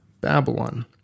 Babylon